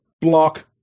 block